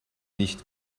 nicht